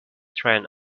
trend